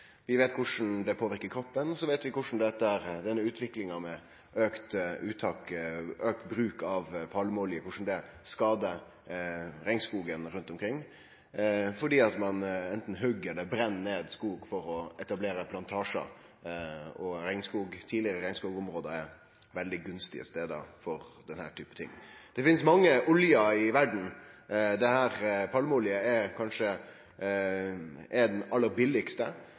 Vi veit korleis det påverkar kroppen. Vi veit korleis denne utviklinga med auka bruk av palmeolje skadar regnskogen rundt omkring, fordi ein anten høgg eller brenner ned skog for å etablere plantasjar, og tidlegare regnskogområde er svært gunstige stader for slike plantasjar. Det finst mange oljar i verda. Palmeoljen er kanskje den aller